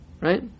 right